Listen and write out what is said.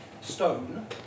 stone